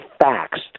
facts